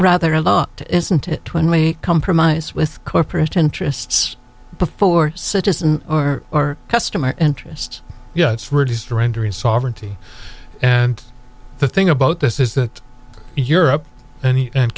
rather to isn't it compromise with corporate interests before citizen or or customer interest yes for just rendering sovereignty and the thing about this is that europe and